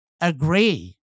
agree